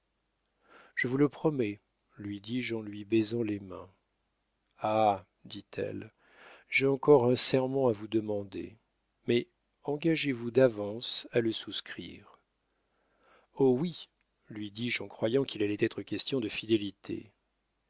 je vous le promets lui dis-je en lui baisant les mains ah dit-elle j'ai encore un serment à vous demander mais engagez-vous d'avance à le souscrire oh oui lui dis-je en croyant qu'il allait être question de fidélité